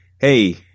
hey –